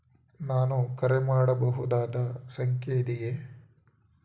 ನಾನು ಕರೆ ಮಾಡಬಹುದಾದ ಸಂಖ್ಯೆ ಇದೆಯೇ?